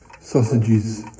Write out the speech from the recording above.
Sausages